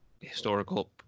historical